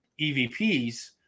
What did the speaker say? EVPs